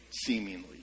seemingly